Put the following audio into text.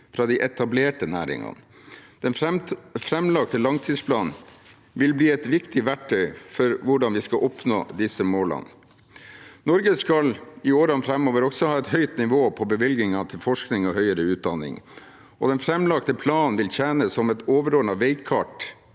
fra de etablerte næringene. Den framlagte langtidsplanen vil bli et viktig verktøy for å oppnå disse målene. Norge skal i årene framover også ha et høyt nivå på bevilgningen til forskning og høyere utdanning, og den framlagte planen vil tjene som et overordnet veikart